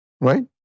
right